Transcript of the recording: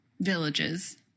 villages